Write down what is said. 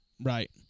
right